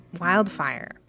wildfire